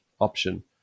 option